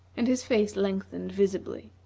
and his face lengthened visibly.